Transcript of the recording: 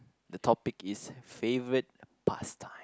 the topic is favorite pastime